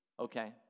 Okay